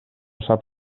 sap